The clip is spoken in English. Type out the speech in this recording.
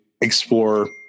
explore